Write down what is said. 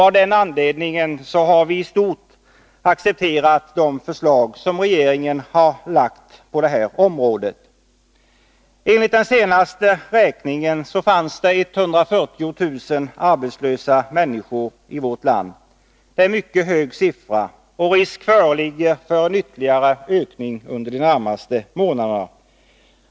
Av den anledningen har vi i stort accepterat regeringens förslag på detta område. Enligt den senaste räkningen fanns det 140 000 arbetslösa människor i vårt land. Det är en mycket hög siffra, och risk föreligger för en ytterligare ökning under de närmaste månaderna.